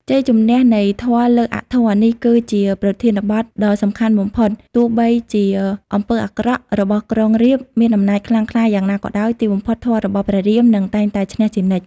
ជ័យជំនះនៃធម៌លើអធម៌ នេះគឺជាប្រធានបទដ៏សំខាន់បំផុត ទោះបីជាអំពើអាក្រក់របស់ក្រុងរាពណ៍មានអំណាចខ្លាំងក្លាយ៉ាងណាក៏ដោយ ទីបំផុតធម៌របស់ព្រះរាម នឹងតែងតែឈ្នះជានិច្ច ។